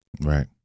Right